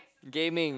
gaming